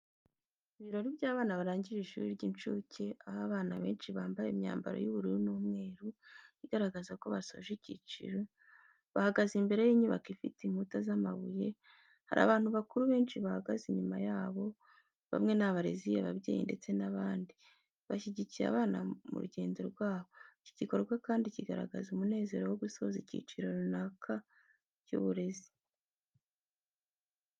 Ibirori by’abana barangije ishuri ry’incuke, aho abana benshi bambaye imyambaro y’ubururu n’umweru, igaragaza ko basoje icyiciro, bahagaze imbere y’inyubako ifite inkuta z’amabuye. Hari abantu bakuru benshi bahagaze inyuma yabo, bamwe ni abarezi, ababyeyi ndetse n’abandi bashyigikiye abana mu rugendo rwabo. Iki gikorwa kandi kigaragaza umunezero wo gusoza icyiciro runaka cy’uburezi.